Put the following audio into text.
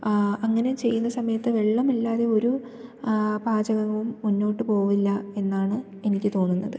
അങ്ങനെ ചെയ്യുന്ന സമയത്ത് വെള്ളമില്ലാതെ ഒരു പാചകവും മുന്നോട്ടുപോകില്ല എന്നാണ് എനിക്ക് തോന്നുന്നത്